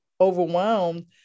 overwhelmed